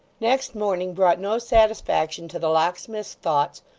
next morning brought no satisfaction to the locksmith's thoughts,